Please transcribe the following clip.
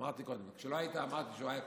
אמרתי קודם כשלא היית, אמרתי שהוא היה קודם.